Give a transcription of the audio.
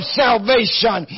salvation